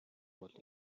бол